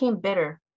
bitter